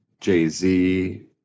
Jay-Z